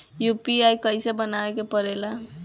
UPI कइसे बनावे के परेला?